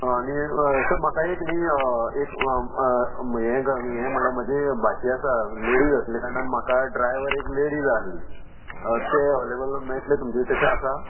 आनी सर म्हाका एक न्ही एक हें हें म्हळ्यार म्हजी भाची आसा लेडीज आसल्या कारणान म्हाका ड्रायवर एक लेडी जाय आसली ते एवलेबल मेळटले तुमचे तशे आसा